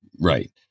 Right